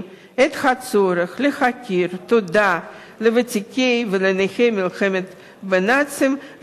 את הצורך להכיר תודה לוותיקי ולנכי המלחמה בנאצים,